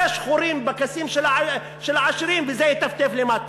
יש חורים בכיסים של העשירים וזה יטפטף למטה.